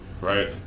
right